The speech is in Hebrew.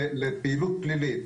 לפעילות פלילית,